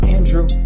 Andrew